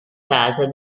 casa